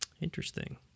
interesting